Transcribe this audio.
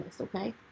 okay